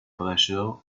pressure